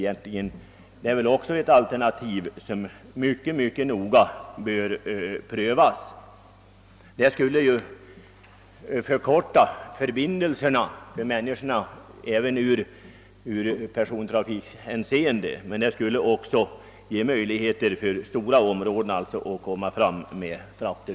Detta alternativ bör noggrant prövas — det skulle förkorta förbindelserna både när det gäller persontrafik och skogstranspor: ter.